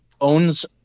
owns